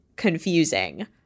confusing